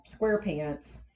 SquarePants